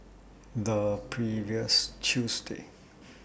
The previous Tuesday